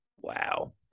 Wow